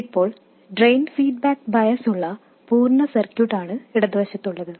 ഇപ്പോൾ drain feedback bias ഉള്ള പൂർണ്ണ സർക്യൂട്ട് ആണ് ഇടതുവശത്തുള്ളത്